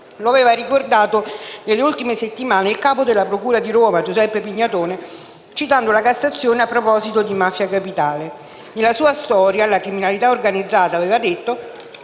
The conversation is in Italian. Lo aveva ricordato nelle ultime settimane il capo della procura di Roma, Giuseppe Pignatone, citando la Cassazione a proposito di Mafia Capitale: «Nella sua storia, la criminalità organizzata - aveva detto